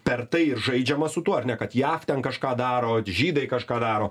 per tai žaidžiama su tuo ar ne kad jav ten kažką daro žydai kažką daro